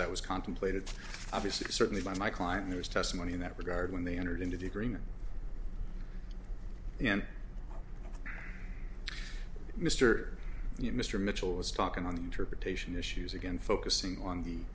that was contemplated obviously certainly by my client was testimony in that regard when they entered into the agreement and mr you mr mitchell was talking on the interpretation issues again focusing on the